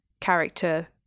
character